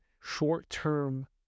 short-term